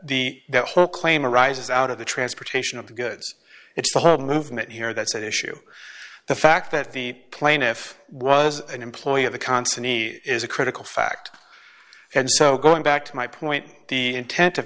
the whole claim arises out of the transportation of the goods it's the whole movement here that's a issue the fact that the plaintiff was an employee of the constantini is a critical fact and so going back to my point the intent of